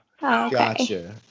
Gotcha